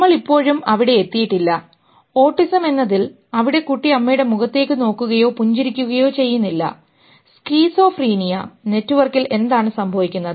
നമ്മൾ ഇപ്പോഴും അവിടെ എത്തിയിട്ടില്ല ഓട്ടിസം എന്നതിൽ അവിടെ കുട്ടി അമ്മയുടെ മുഖത്തേക്ക് നോക്കുകയോ പുഞ്ചിരിക്കുകയോ ചെയ്യുന്നില്ല സ്കീസോഫ്രീനിയ നെറ്റ്വർക്കിൽ എന്താണ് സംഭവിക്കുന്നത്